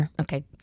Okay